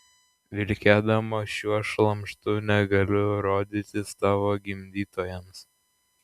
vilkėdama šiuo šlamštu negaliu rodytis tavo gimdytojams